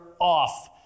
off